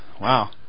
Wow